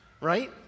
right